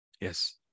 Yes